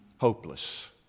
hopeless